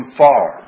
far